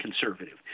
conservative